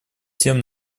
тем